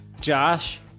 Josh